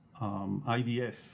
idf